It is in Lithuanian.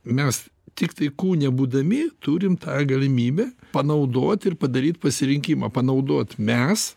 mes tiktai kūne būdami turim tą galimybę panaudot ir padaryt pasirinkimą panaudot mes